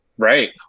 Right